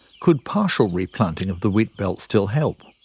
could partial replanting of the wheat belt still help?